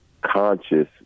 conscious